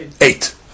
eight